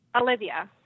Olivia